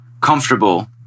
comfortable